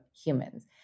HUMANS